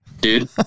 Dude